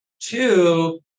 Two